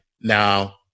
now –